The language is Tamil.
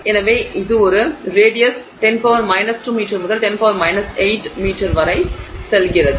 எனவே அது ஒரு ரேடியஸ் ரேடியஸ் 10 2 மீட்டர் முதல் 10 8 வரை செல்கிறது